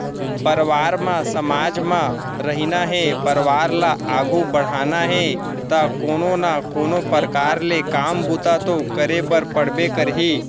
परवार म समाज म रहिना हे परवार ल आघू बड़हाना हे ता कोनो ना कोनो परकार ले काम बूता तो करे बर पड़बे करही